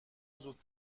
زود